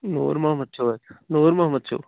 نوٗر محمد چھِو حظ نوٗر محمد چھِو